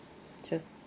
true